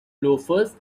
loafers